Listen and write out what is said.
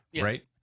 right